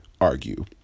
argue